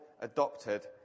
adopted